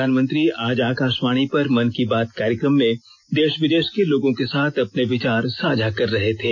प्रधानमंत्री आज आकाशवाणी पर मन की बात कार्यक्रम में देश विदेश के लोगों के साथ अपने विचार साझा कर रहे थे